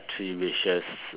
three wishes